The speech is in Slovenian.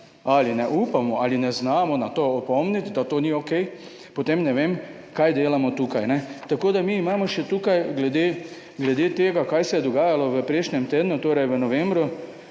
ali ne upamo ali ne znamo na to opomniti, da to ni okej, potem ne vem kaj delamo tukaj? Tako da mi imamo še tukaj glede tega, kaj se je dogajalo v prejšnjem tednu, torej v novembru